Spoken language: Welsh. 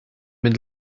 mynd